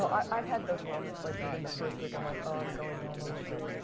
um i've had those moments like within the first week. i'm like oh, i'm going down on the show.